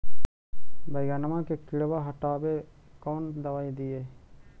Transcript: बैगनमा के किड़बा के हटाबे कौन दवाई दीए?